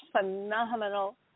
phenomenal